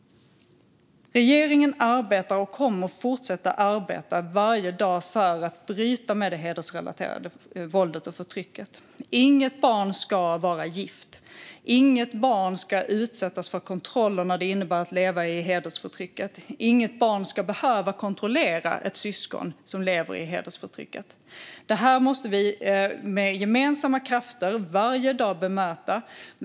Regeringen arbetar och kommer att fortsätta att arbeta varje dag för att bryta med det hedersrelaterade våldet och förtrycket. Inget barn ska vara gift. Inget barn ska utsättas för kontroller när det innebär att leva i hedersförtrycket. Inget barn ska behöva kontrollera ett syskon som lever i hedersförtrycket. Det här måste vi med gemensamma krafter bemöta varje dag.